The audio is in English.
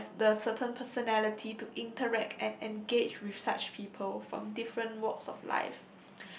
have the certain personality to interact and engage with such people from different walks of life